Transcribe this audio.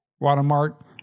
Watermark